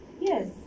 Yes